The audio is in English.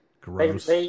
Gross